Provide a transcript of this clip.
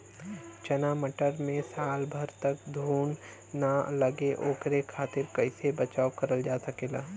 चना मटर मे साल भर तक घून ना लगे ओकरे खातीर कइसे बचाव करल जा सकेला?